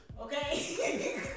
Okay